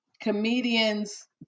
comedians